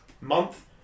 month